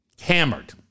hammered